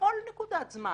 בכל נקודת זמן